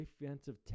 defensive